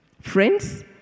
Friends